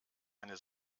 meine